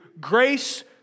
Grace